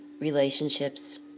Relationships